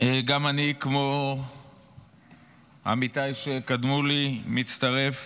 גם אני, כמו עמיתיי שקדמו לי, מצטרף